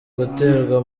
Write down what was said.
guterwa